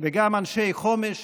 וגם אנשי חומש